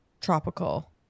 tropical